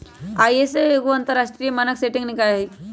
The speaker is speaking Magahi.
आई.एस.ओ एगो अंतरराष्ट्रीय मानक सेटिंग निकाय हइ